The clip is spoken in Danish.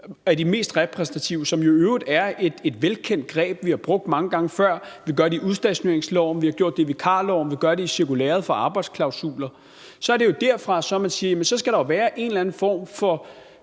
fra de mest repræsentative, hvilket jo i øvrigt er et velkendt greb, vi har brugt mange gange før – vi gør det i udstationeringsloven, vi har gjort det i vikarloven, vi gør det i cirkulæret for arbejdsklausuler – så er det derfra, man siger, at så skal der jo være en eller anden form for